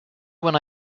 when